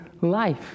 life